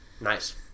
Nice